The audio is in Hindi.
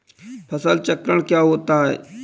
फसल चक्रण क्या होता है?